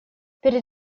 перед